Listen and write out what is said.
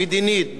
ביטחונית,